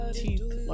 teeth